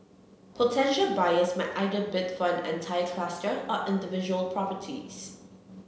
potential buyers may either bid for an entire cluster or individual properties